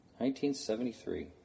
1973